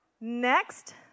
Next